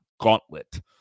gauntlet